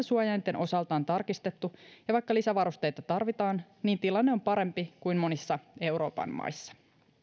suojainten osalta on tarkistettu ja vaikka lisävarusteita tarvitaan niin tilanne on parempi kuin monissa euroopan maissa